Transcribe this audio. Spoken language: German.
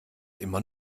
immer